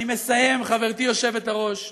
אני מסיים, חברתי היושבת-ראש.